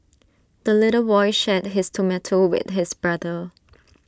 the little boy shared his tomato with his brother